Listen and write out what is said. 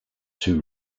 two